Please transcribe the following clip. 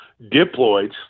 diploids